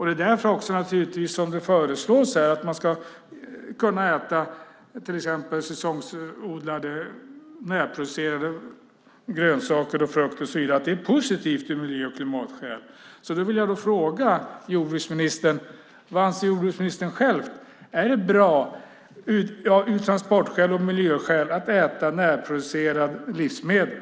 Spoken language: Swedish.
Det är naturligtvis också därför som det föreslås att man ska kunna äta till exempel säsongsodlade närproducerade grönsaker och frukter. Det är positivt av miljö och klimatskäl. Jag vill då fråga jordbruksministern: Vad anser jordbruksministern själv? Är det bra av transportskäl och miljöskäl att äta närproducerade livsmedel?